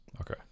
Okay